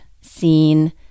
seen